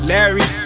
Larry